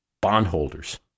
bondholders